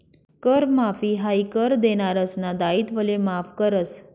कर माफी हायी कर देनारासना दायित्वले माफ करस